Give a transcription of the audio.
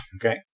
Okay